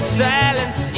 silence